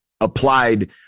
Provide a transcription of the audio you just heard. applied